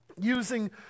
using